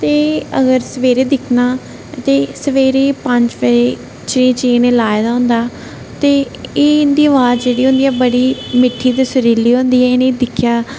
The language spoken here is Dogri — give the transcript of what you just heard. अगर सवेरे दिक्खना ते सेवेरे पंज बजे ची ची इनें लाएदा होंदा ते एह् इंदी आबाज जेहड़ी होंदी ऐ बड़ी मिट्ठी ते सुरिली होंदी ऐ इनेंगी दिक्खेआ